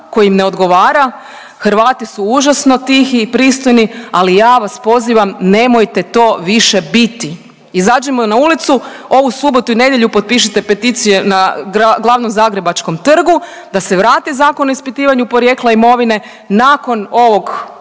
koji im ne odgovara, Hrvati su užasno tihi i pristojni, ali ja vas pozivam nemojte to više biti, izađimo na ulicu, ovu subotu i nedjelju potpišite peticiju na glavom zagrebačkom trgu da se vrati Zakon o ispitivanju porijekla imovine nakon ovog